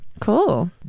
cool